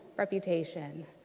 reputation